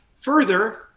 Further